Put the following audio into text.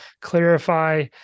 clarify